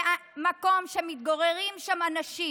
במקום שמתגוררים שם אנשים,